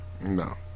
No